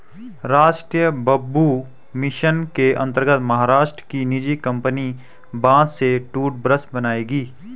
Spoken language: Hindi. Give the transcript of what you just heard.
राष्ट्रीय बंबू मिशन के अंतर्गत महाराष्ट्र की निजी कंपनी बांस से टूथब्रश बनाएगी